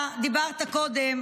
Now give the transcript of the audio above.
אני רוצה להגיד משהו.